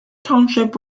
township